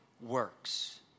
works